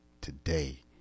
today